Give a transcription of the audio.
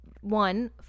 one